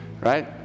Right